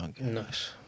Nice